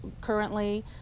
currently